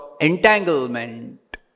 entanglement